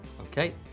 Okay